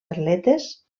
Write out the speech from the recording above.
atletes